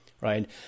right